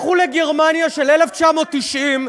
לכו לגרמניה של 1990,